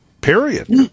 period